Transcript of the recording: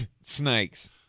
snakes